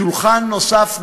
שולחן נוסף.